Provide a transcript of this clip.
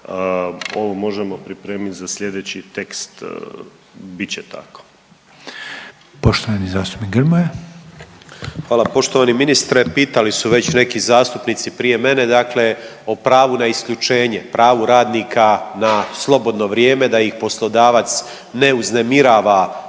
ovo možemo pripremit za sljedeći tekst, bit će tako. **Reiner, Željko (HDZ)** Poštovani zastupnik Grmoja. **Grmoja, Nikola (MOST)** Hvala poštovani ministre. Pitali su već neki zastupnici prije mene, dakle o pravu na isključenje, pravu radnika na slobodno vrijeme da ih poslodavac ne uznemirava van